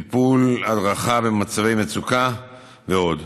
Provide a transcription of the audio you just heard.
טיפול, הדרכה במצבי מצוקה ועוד.